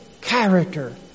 character